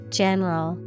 general